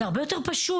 זה הרבה יותר פשוט.